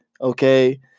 okay